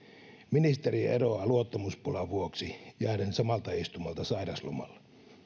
ministeri eroaa luottamuspulan vuoksi jääden samalta istumalta sairauslomalle